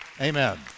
Amen